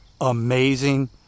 amazing